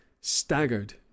staggered